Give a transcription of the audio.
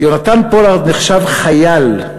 "יונתן פולארד נחשב חייל,